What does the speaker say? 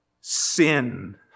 sin